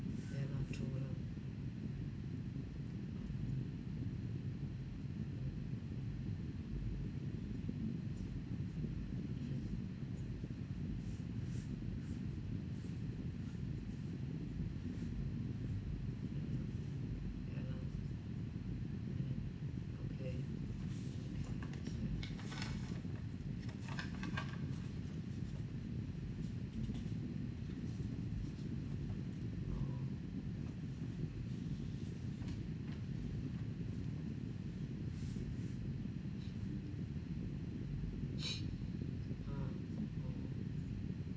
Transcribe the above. ya lah true lah ah okay oh